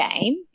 game